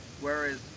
Whereas